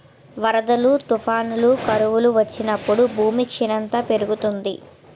వరదలు, తుఫానులు, కరువులు వచ్చినప్పుడు భూమి క్షీణత పెరుగుతుంది